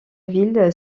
ville